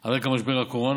על רקע משבר הקורונה.